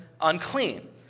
unclean